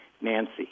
Nancy